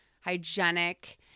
hygienic